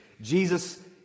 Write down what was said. Jesus